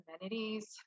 amenities